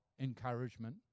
encouragement